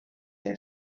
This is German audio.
der